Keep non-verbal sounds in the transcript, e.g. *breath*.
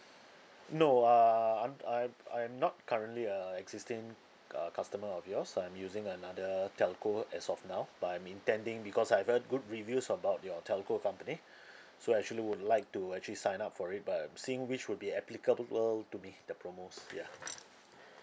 no err I'm I'm I'm not currently a existing uh customer of yours I'm using another telco as of now but I'm intending because I've heard good reviews about your telco company *breath* so I actually would like to actually sign up for it but I'm seeing which would be applicable to me the promos ya *breath*